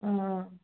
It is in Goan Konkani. आं